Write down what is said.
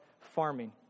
farming